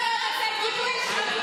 לפני ראשונה.